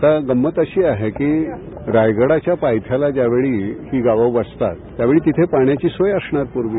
आता गंमत अशी आहे की रायगडाच्या पायथ्याला ज्यावेळी गाव वसतात त्यावेळी तिथे पाण्याची सोय असणार पूर्वी